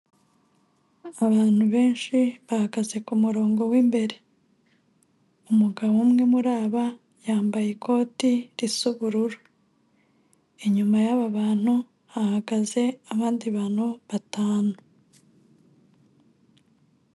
Abantu benshi bahagaze kumurongo w'imbere, umugabo umwe muri aba, yambaye ikoti risa ubururu, inyuma yaba bantu, hagaze abandi bantu batanu.